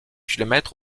kilomètres